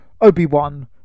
Obi-Wan